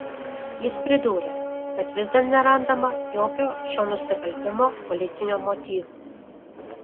jis pridūrė kad vis dar nerandama jokio šio nusikaltimo politinio motyvo